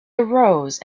arose